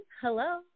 Hello